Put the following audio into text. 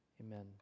amen